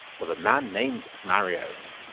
was a man named mariowned,